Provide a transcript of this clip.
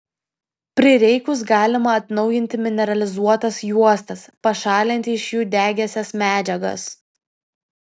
prireikus galima atnaujinti mineralizuotas juostas pašalinti iš jų degiąsias medžiagas